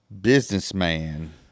businessman